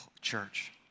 church